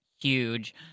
huge